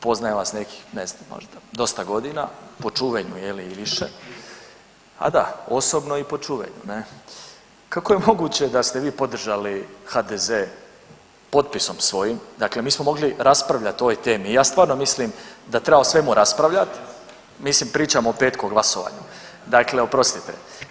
Poznajem vas nekih ne znam možda dosta godina, po čuvenju je li i više, a da osobno i po čuvenju ne, kako je moguće da ste vi podržali HDZ potpisom svojim, dakle mi smo mogli raspravljati o ovoj temi i ja stvarno mislim da treba o svemu raspravljati, mislim pričamo o petku o glasovanju, dakle oprostite.